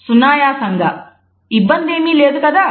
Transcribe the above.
సునాయాసంగా ఇబ్బంది ఏమి లేదు కదా